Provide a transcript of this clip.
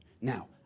Now